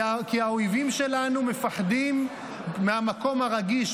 כי האויבים שלנו מפחדים מהמקום הרגיש.